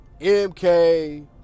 mk